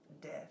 death